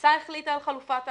המועצה החליטה על חלופת האגודה,